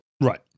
Right